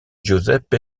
giuseppe